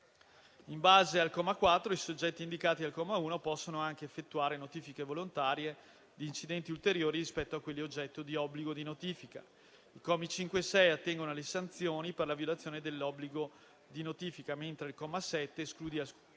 In base al comma 4, i soggetti indicati al comma 1 possono anche effettuare notifiche volontarie di incidenti ulteriori rispetto a quelli oggetto di obbligo di notifica. I commi 5 e 6 attengono alle sanzioni per la violazione dell'obbligo di notifica, mentre il comma 7 esclude alcuni